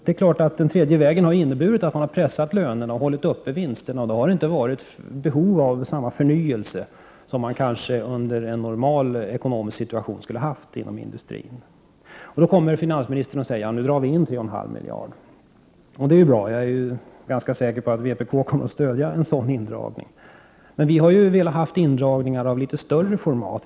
Det är klart att den tredje vägen har inneburit att man har pressat lönerna och hållit vinsterna uppe, och då har det inte funnits behov av samma förnyelse som man kanske i en normal ekonomisk situation skulle ha haft inom industrin. Då säger finansministern: ”Nu drar vi in 3,5 miljarder.” Det är ju bra, och jag är ganska säker på att vpk kommer att stödja en sådan indragning. Men vi har velat ha indragningar av litet större format.